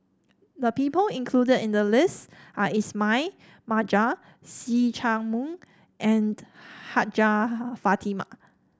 the people included in the list are Ismail Marjan See Chak Mun and Hajjah Fatimah